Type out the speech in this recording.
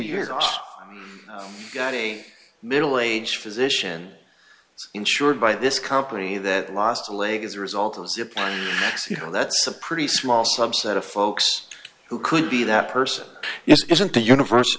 years i got a middle aged physician insured by this company that lost a leg as a result of zip you know that's a pretty small subset of folks who could be that person isn't the universe